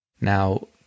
Now